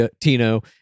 Tino